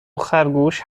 خرگوش